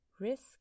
risk